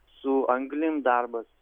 su anglim darbas